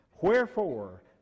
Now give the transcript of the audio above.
Wherefore